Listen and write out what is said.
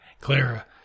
Clara